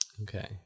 Okay